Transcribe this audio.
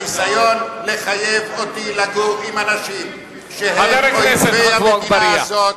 הניסיון לחייב אותי לגור עם אנשים שהם אויבי המדינה הזאת,